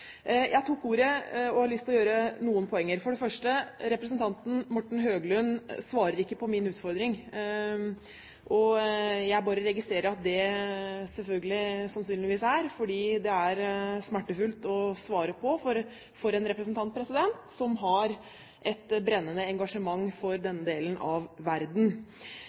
Jeg tok ordet fordi jeg har lyst til å komme med noen poenger. For det første: Representanten Morten Høglund svarte ikke på min utfordring. Jeg bare registrerer at det sannsynligvis er fordi det er for smertefullt å svare på for en representant som har et brennende engasjement for denne delen av verden.